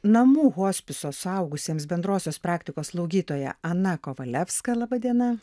namų hospiso suaugusiems bendrosios praktikos slaugytoja ana kovalevska laba diena